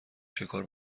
شکار